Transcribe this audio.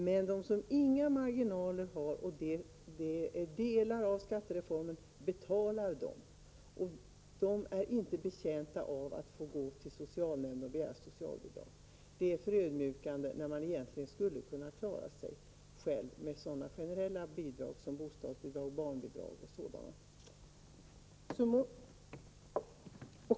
Men de som inga marginaler har -- delar av skattereformen betalar dessa människor -- är inte betjänta av att gå till socialnämnden och begära socialbidrag. Det är förödmjukande när vederbörande egentligen skulle kunna klara sig själva med generella bidrag som bostadsbidrag och barnbidrag.